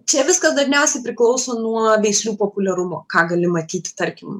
čia viskas dažniausiai priklauso nuo veislių populiarumo ką gali matyti tarkim